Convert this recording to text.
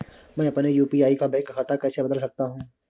मैं अपने यू.पी.आई का बैंक खाता कैसे बदल सकता हूँ?